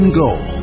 goal